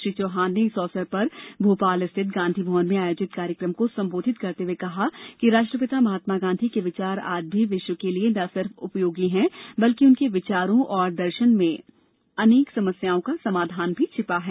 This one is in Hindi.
श्री चौहान ने इस अवसर पर भोपाल रिथित गांधी भवन में आयोजित कार्यक्रम को संबोधित करते हुए कहा कि राष्ट्रपिता महात्मा गांधी के विचार आज भी विश्व के लिए न सिर्फ उपयोगी हैं बल्कि उनके विचारों और दर्शन में अनेक समस्याओं का समाधान भी छिपा है